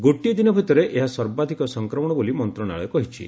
ଗୋଟିଏ ଦିନ ଭିତରେ ଏହା ସର୍ବାଧିକ ସଂକ୍ମଶ ବୋଲି ମନ୍ତ୍ରଣାଳୟ କହିଛି